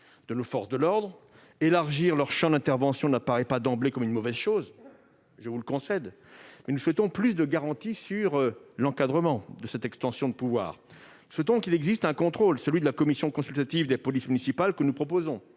de nos forces de l'ordre. Élargir leur champ d'intervention n'apparaît pas d'emblée comme une mauvaise chose, je vous le concède, mais nous souhaitons plus de garanties sur l'encadrement de cette extension ; nous demandons que soit mis en place un contrôle, celui de la commission consultative des polices municipales, condition